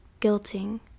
guilting